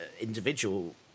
individual